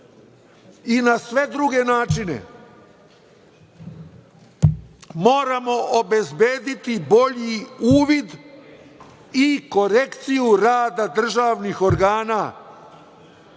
i na sve druge načine, moramo obezbediti bolji uvid i korekciju rada državnih organa,